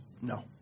No